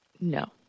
No